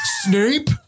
Snape